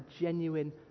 genuine